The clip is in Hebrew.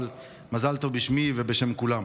אבל מזל טוב בשמי ובשם כולם.